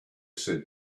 said